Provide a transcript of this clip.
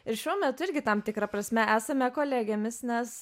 ir šiuo metu irgi tam tikra prasme esame kolegėmis nes